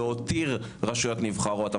להותיר רשויות נבחרות,